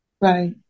Right